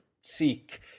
seek